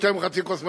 יותר מחצי כוס מלאה.